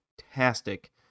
fantastic